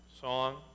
song